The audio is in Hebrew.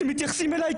הם מתייחסים אלי,